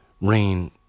Rain